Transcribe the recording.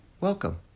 welcome